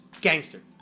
gangster